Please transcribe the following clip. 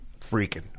freaking